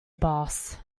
boss